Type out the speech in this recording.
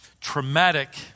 traumatic